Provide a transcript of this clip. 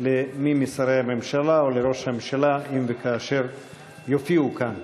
למשרדי הממשלה או לראש הממשלה אם וכאשר יופיעו כאן.